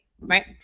Right